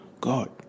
god